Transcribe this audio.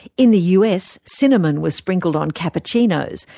in the us, cinnamon was sprinkled on cappuccinos,